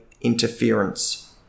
interference